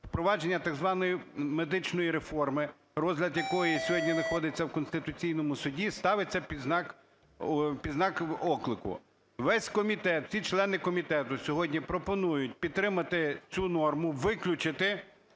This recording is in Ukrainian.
впровадження так званої медичної реформи, розгляд якої сьогодні знаходиться в Конституційному Суді, ставиться під знак оклику. Весь комітет, всі члени комітету сьогодні пропонують підтримати цю норму, - виключити